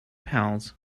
pals